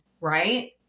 right